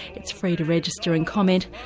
it's free to register and comment,